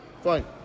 Fine